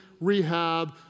rehab